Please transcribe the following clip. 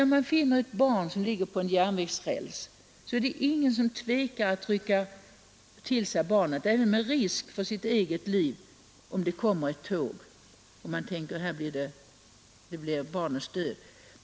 Om man finner ett barn som ligger på en järnvägsräls, så är det ingen som tvekar att rycka till sig barnet, även med risk för sitt eget liv, om det kommer ett tåg, för man tänker: Det här blir barnets död.